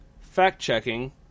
fact-checking